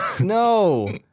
No